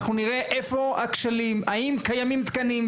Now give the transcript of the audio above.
אנחנו נראה איפה הכשלים; האם קיימים תקנים,